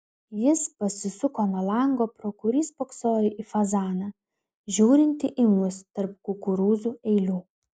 jis pasisuko nuo lango pro kurį spoksojo į fazaną žiūrintį į mus tarp kukurūzų eilių